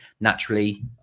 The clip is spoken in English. Naturally